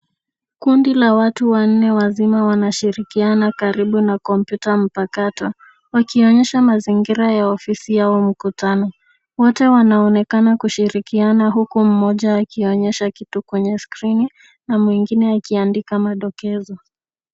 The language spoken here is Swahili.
Kundi la watu wanne wazima wanashirikiana karibu na kompyuta mpakato. Wakionyesha mazingira ya ofisi au mkutano. Wote wanaonekana kushirikiana huku mmoja akionyesha kitu kwenye skrini na mwingine akiandika madokezo